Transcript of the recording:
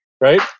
right